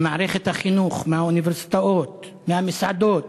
ממערכת החינוך, מהאוניברסיטאות, מהמסעדות,